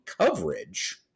coverage